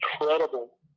incredible